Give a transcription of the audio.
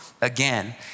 again